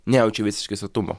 nejaučiau visiškai sotumo